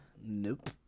nope